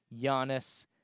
Giannis